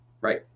right